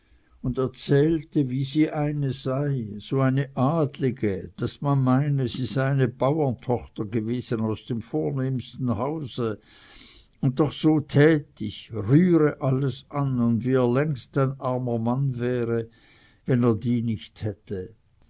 und erzählte wie sie eine sei so eine adeliche daß man meine sie sei eine bauerntochter gewesen aus dem vornehmsten hause und doch so tätig rühre alles an und wie er längst ein armer mann wäre wenn er die nicht hätte